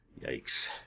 Yikes